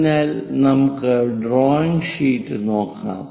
അതിനാൽ നമുക്ക് drawing sheet നോക്കാം